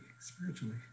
spiritually